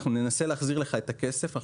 אנחנו ננסה להחזיר לך את הכסף,